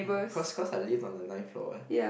cause cause I live on the ninth floor what